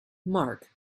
marc